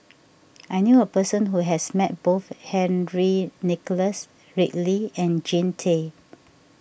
I knew a person who has met both Henry Nicholas Ridley and Jean Tay